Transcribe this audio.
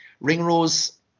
Ringrose